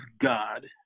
God